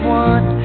one